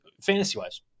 fantasy-wise